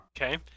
Okay